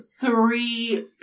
three